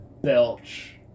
belch